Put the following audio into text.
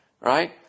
right